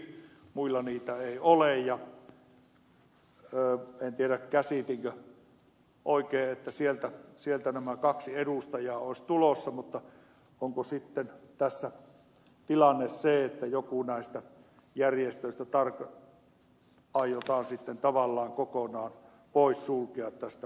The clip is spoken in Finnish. muilla niitä ei ole ja en tiedä käsitinkö oikein että sieltä nämä kaksi edustajaa olisivat tulossa mutta onko sitten tässä tilanne se että joku näistä järjestöistä aiotaan tavallaan kokonaan poissulkea tästä edustusmahdollisuudesta